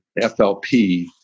FLP